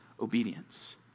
obedience